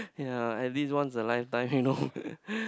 ya at least once a lifetime you know